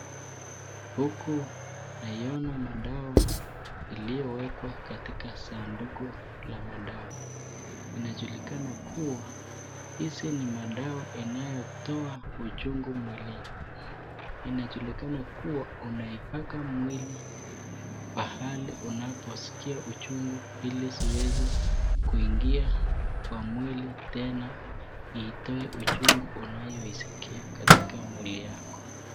Huku naiona madawa iliyowekwa katika sahani ndogo la madawa inajulikana kuwa hizi ni madawa inayotoa uchungu mwilini, inajulikana kuwa unaipaka mwili pahali unaposikia uchungu hili ziweze kuingia kwa mwili tena itoe uchungu unayosikia katika mwili yako.